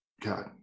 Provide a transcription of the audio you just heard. God